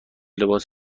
لباس